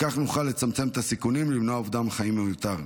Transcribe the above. בכך נוכל לצמצם את הסיכונים ולמנוע אובדן חיים מיותר.